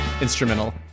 instrumental